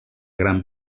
gran